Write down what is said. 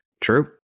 true